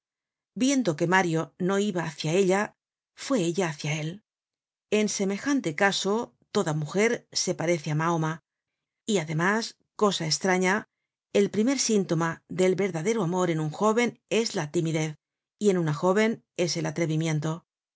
viendo que mario no iba hácia ella fué ella hácia él en semejante caso toda mujer se parece á mahoma y además cosa estraña el primer síntoma del verdadero amor en un jóven es la timidez y en una jóven es el atrevimiento